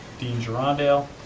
dean gerondale.